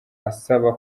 asaba